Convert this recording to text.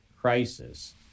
crisis